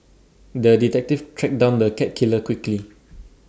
the detective tracked down the cat killer quickly